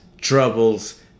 troubles